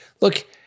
look